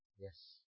Yes